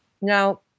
Now